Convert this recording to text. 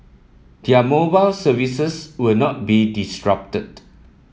their mobile services will not be disrupted